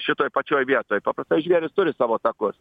šitoj pačioj vietoj paprastai žvėrys turi savo takus